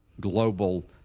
global